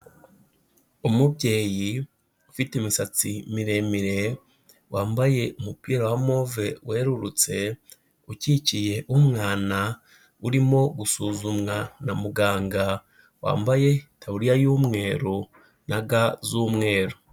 Umubyeyi ufite imisatsi miremire, wambaye umupira wa move werurutse, ukikiye umwana, urimo gusuzumwa na muganga, wambaye itaburiya y'umweru na ga z'umweru.